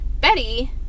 Betty